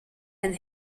and